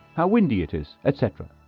how windy it is, etc.